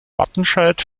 wattenscheid